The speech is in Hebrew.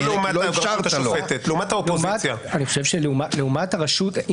לעומת האופוזיציה, לא לעומת הרשות השופטת.